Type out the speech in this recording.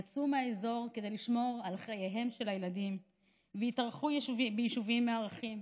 יצאה מהאזור כדי לשמור על חייהם של הילדים והתארחה ביישובים מארחים.